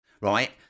right